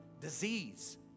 disease